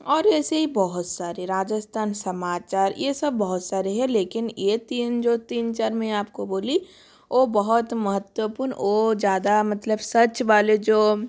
और ऐसे ही बहुत सारे राजस्थान समाचार ये सब बहुत सारे है लेकिन ये तीन जो तीन चार मैं आपको बोली वो बहुत महत्वपून और ज़्यादा मतलब सच वाले जो